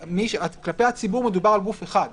כלפי הציבור מדובר בגוף אחד.